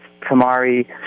tamari